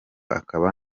akaba